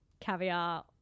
caviar